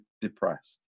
depressed